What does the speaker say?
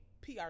PR